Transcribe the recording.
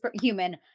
human